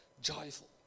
joyful